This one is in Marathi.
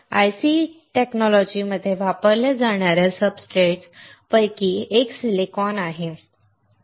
IC तंत्रज्ञानामध्ये वापरल्या जाणार्या सब्सट्रेट्स पैकी एक सिलिकॉन आहे